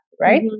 right